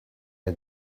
had